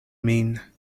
min